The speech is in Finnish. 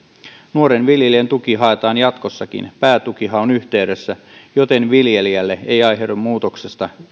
nuoren viljelijän tuki haetaan jatkossakin päätukihaun yhteydessä joten viljelijälle ei aiheudu muutoksesta